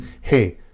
hey